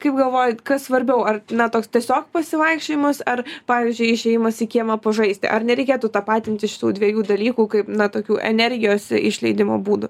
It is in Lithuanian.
kaip galvojat kas svarbiau ar na toks tiesiog pasivaikščiojimas ar pavyzdžiui išėjimas į kiemą pažaisti ar nereikėtų tapatinti šitų dviejų dalykų kaip na tokių energijos išleidimo būdų